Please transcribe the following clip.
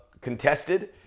contested